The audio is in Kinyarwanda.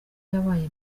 yabaye